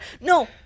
No